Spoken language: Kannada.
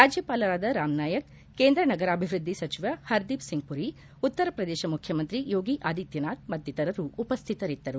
ರಾಜ್ಜಪಾಲರಾದ ರಾಮ್ನಾಯಕ್ ಕೇಂದ್ರ ನರಾಭಿವ್ಯದ್ದಿ ಸಚಿವ ಪರ್ದೀಪ್ಸಿಂಗ್ ಮರಿ ಉತ್ತರ ಪ್ರದೇಶ ಮುಖ್ಚಮಂತ್ರಿ ಯೋಗಿ ಆದಿತ್ವನಾಥ್ ಮತ್ತಿತ್ತರರು ಉಪಸ್ವಿತರಿದ್ದರು